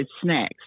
snacks